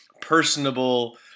Personable